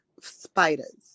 spiders